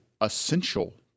essential